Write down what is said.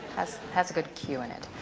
has has a good q in it.